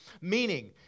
Meaning